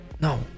No